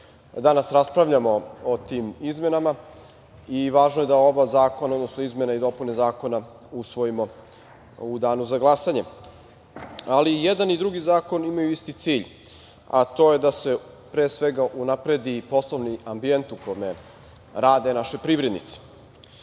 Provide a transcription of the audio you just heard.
danas raspravljamo o tim izmenama i važno je da oba zakona, odnosno izmene i dopune zakona usvojimo u danu za glasanje. I jedan i drugi zakon imaju isti cilj, a to je da se unapredi poslovni ambijent u kome rade naši privrednici. Prošlo